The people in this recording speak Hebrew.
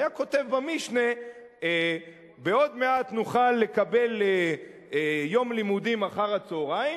הוא היה כותב במשנה: "עוד מעט נוכל לקבל יום לימודים אחר-הצהריים,